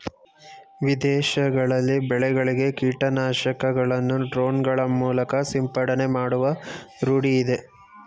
ವಿದೇಶಗಳಲ್ಲಿ ಬೆಳೆಗಳಿಗೆ ಕೀಟನಾಶಕಗಳನ್ನು ಡ್ರೋನ್ ಗಳ ಮೂಲಕ ಸಿಂಪಡಣೆ ಮಾಡುವ ರೂಢಿಯಿದೆ